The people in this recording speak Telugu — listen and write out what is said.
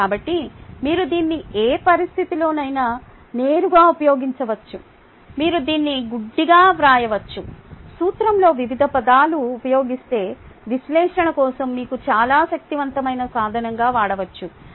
కాబట్టి మీరు దీన్ని ఏ పరిస్థితిలోనైనా నేరుగా ఉపయోగించుకోవచ్చు మీరు దీన్ని గుడ్డిగా వ్రాయవచ్చు సూత్రంలో వివిధ పదాలు ఉపయోగిస్తే విశ్లేషణ కోసం మీకు చాలా శక్తివంతమైన సాధనంగా వాడవచ్చు